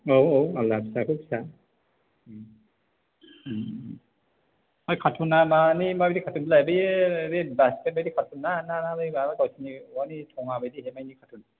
औ औ आलादा फिसाखौ फिसा ओमफ्राय कारथुना माने माबादि कार्टुन बेलाय बेयो बे ओरै बास्केट बादि कारथुना ना बै माबा गावसिनि औवानि थङाबादि हेबनाय कार्टुन